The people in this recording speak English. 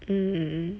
mm